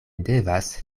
devas